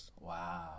Wow